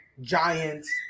Giants